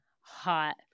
hot